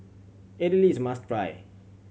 Idili is must try